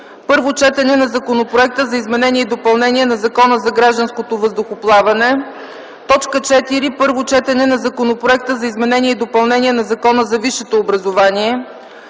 Първо четене на законопроекта за изменение и допълнение на Закона за гражданското въздухоплаване. 4. Първо четене на законопроекта за изменение и допълнение на Закона за висшето образование.